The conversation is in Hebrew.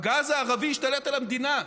הגז הערבי ישתלט על המדינה,